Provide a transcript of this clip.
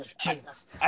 Jesus